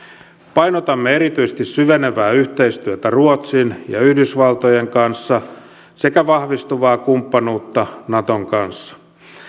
painotamme erityisesti syvenevää yhteistyötä ruotsin ja yhdysvaltojen kanssa sekä vahvistuvaa kumppanuutta naton kanssa